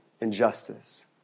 injustice